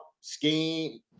scheme